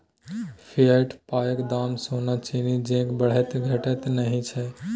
fiat पायक दाम सोना चानी जेंका बढ़ैत घटैत नहि छै